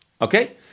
Okay